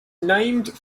named